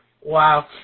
Wow